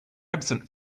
absent